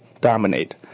dominate